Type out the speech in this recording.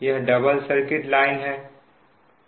यह double circuit line है